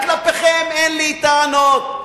כלפיכם אין לי טענות.